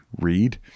read